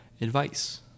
advice